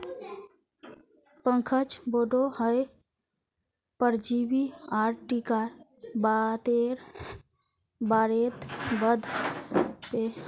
पंकज बोडो हय परजीवी आर टीकार बारेत पढ़ बे